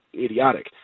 idiotic